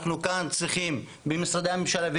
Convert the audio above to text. אנחנו צריכים כאן ממשרדי הממשלה,